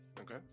Okay